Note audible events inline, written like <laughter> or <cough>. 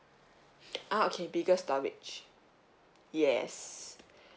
<noise> ah okay bigger storage yes